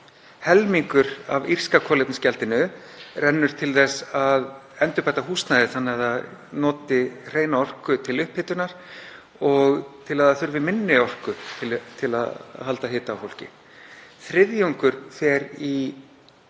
Helmingur af írska kolefnisgjaldinu rennur til þess að endurbæta húsnæði þannig að það noti hreina orku til upphitunar og til að minni orku þurfi til að halda hita á fólki,